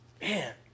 man